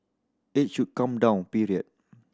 it should come down period